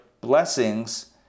blessings